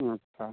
अच्छा